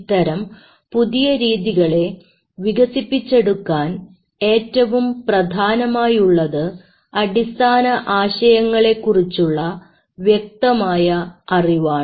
ഇത്തരം പുതിയ രീതികളെ വികസിപ്പിച്ചെടുക്കാൻ ഏറ്റവും പ്രധാനമായുള്ളത് അടിസ്ഥാന ആശയങ്ങളെ കുറിച്ചുള്ള വ്യക്തമായ അറിവാണ്